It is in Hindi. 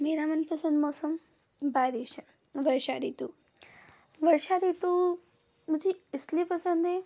मेरा मनपसन्द मौसम बारिश है वर्षा ऋतु वर्षा ऋतु मुझे इसलिए पसंद है